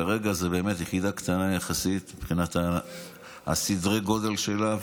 כרגע זו יחידה קטנה יחסית מבחינת סדרי הגודל שלה,